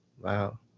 wow